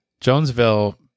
Jonesville